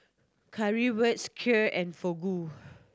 Currywurst Kheer and Fugu